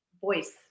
voice